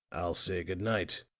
i'll say good-night.